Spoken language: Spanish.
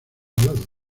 lado